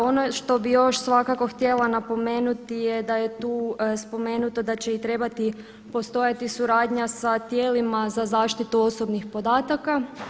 Ono što bi još svakako htjela napomenuti je da je tu spomenuto da će i trebati postojati suradnja sa tijelima za zaštitu osobnih podataka.